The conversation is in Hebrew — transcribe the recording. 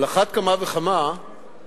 על אחת כמה וכמה כאשר